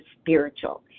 spiritual